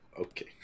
Okay